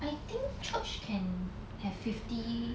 I think church can have fifty